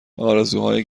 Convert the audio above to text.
آرزوهای